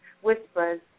whispers